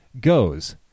goes